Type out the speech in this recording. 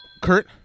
Kurt